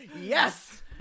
Yes